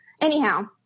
Anyhow